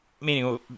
meaning